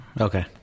Okay